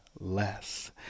less